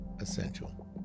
essential